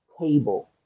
table